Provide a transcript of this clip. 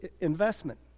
investment